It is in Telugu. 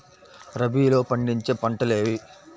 రబీలో పండించే పంటలు ఏవి?